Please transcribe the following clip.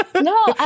No